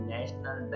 National